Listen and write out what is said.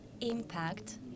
impact